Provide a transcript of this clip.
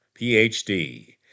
PhD